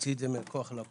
מוציא את זה מהכוח לפועל.